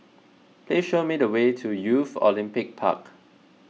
please show me the way to Youth Olympic Park